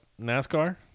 nascar